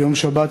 ביום שבת,